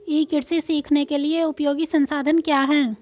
ई कृषि सीखने के लिए उपयोगी संसाधन क्या हैं?